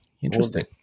interesting